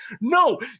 no